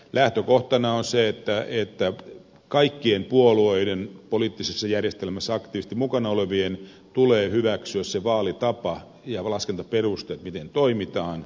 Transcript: lähtökohtana on se että kaikkien puolueiden poliittisessa järjestelmässä aktiivisesti mukana olevien tulee hyväksyä se vaalitapa ja laskentaperuste miten toimitaan